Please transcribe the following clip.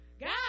God